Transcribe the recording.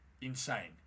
insane